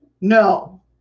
No